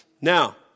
Now